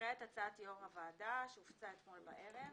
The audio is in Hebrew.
מקריאה את הצעת יושב ראש הוועדה שהופצה אתמול בערב.